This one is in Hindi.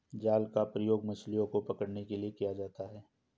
जाल का प्रयोग मछलियो को पकड़ने के लिये किया जाता है